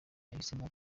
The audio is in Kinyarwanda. yahisemo